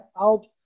out